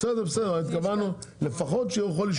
התכוונו שלפחות הוא יכול לשקול.